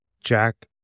Jack